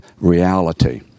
reality